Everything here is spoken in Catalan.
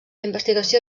investigació